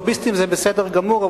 לוביסטים זה בסדר גמור,